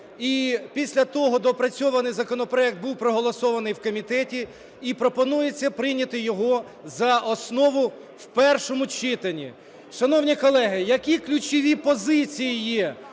після того доопрацьований законопроект був проголосований в комітеті і пропонується прийняти його за основу в першому читанні. Шановні колеги, які ключові позиції є?